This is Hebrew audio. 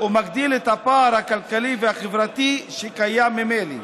ומגדיל את הפער הכלכלי והחברתי, שקיים ממילא.